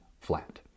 flat